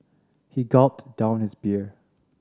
he gulped down his beer